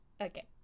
Okay